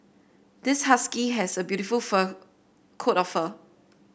this husky has a beautiful fur coat of fur